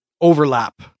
overlap